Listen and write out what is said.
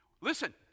Listen